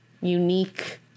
unique